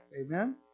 Amen